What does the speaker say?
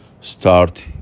Start